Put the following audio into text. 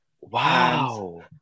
Wow